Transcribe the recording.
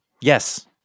Yes